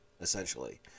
essentially